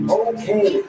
okay